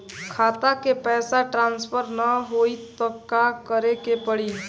खाता से पैसा ट्रासर्फर न होई त का करे के पड़ी?